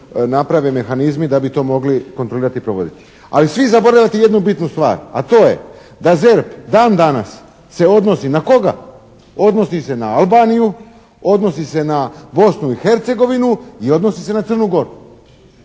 naprave mehanizmi da bi to mogli kontrolirati i provoditi. Ali svi zaboravljate jednu bitnu stvar, a to je da ZERP dan danas se odnosi, na koga? Odnosi se na Albaniju, odnosi se na Bosnu i Hercegovinu i odnosi se na Crnu Goru.